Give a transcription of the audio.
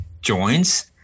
joins